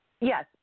Yes